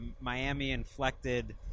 Miami-inflected –